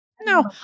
no